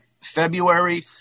february